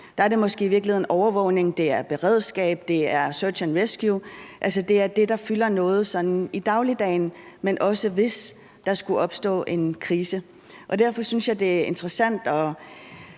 der er det måske i virkeligheden overvågning, det er beredskab, det er search and rescue. Altså, det er det, der sådan fylder noget i dagligdagen, men også, hvis der skulle opstå en krise. Og derfor synes jeg, det er interessant at